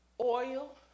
Oil